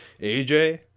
AJ